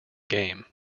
game